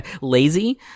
lazy